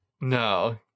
No